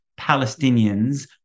Palestinians